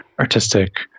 artistic